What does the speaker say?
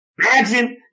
Imagine